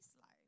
life